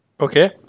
Okay